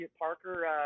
Parker